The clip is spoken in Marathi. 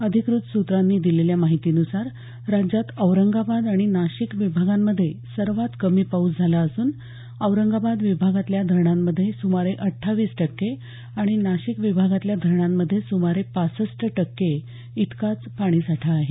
अधिकृत सूत्रांनी दिलेल्या माहितीनुसार राज्यात औरंगाबाद आणि नाशिक विभागांमध्ये सर्वात कमी पाऊस झाला असून औरंगाबाद विभागातल्या धरणांमध्ये सुमारे अट्ठावीस टक्के आणि नाशिक विभागातल्या धरणांमध्ये सुमारे पासष्ट टक्के इतकाच पाणीसाठा आहे